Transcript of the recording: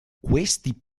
questi